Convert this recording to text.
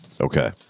Okay